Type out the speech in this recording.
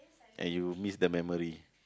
and you'll miss the memory